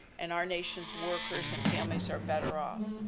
and our nation's workers and families are better off.